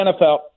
NFL